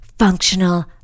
Functional